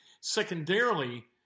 Secondarily